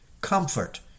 comfort